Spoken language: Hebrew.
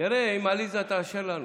נראה אם עליזה תאשר לנו.